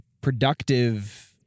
productive